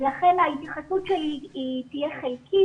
לכן ההתייחסות שלי תהיה חלקית.